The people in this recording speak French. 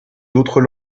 d’autres